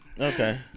Okay